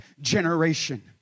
generation